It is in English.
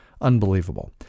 Unbelievable